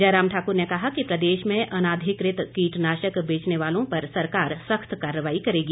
जयराम ठाकुर ने कहा कि प्रदेश में अनाधिकृत कीटनाशक बेचने वालों पर सरकार सख्त कार्रवाई करेगी